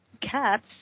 Cats